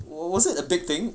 was wasn't it a big thing